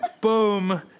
Boom